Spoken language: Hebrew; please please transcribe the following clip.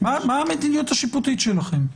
מה המדיניות השיפוטית שלכם?